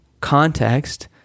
context